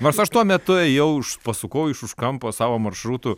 nors aš tuo metu ėjau pasukau iš už kampo savo maršrutu